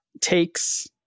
takes